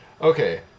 Okay